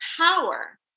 power